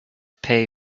pay